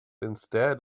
instead